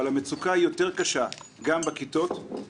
אבל המצוקה היא יותר קשה גם בכיתות.